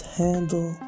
handle